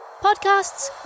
podcasts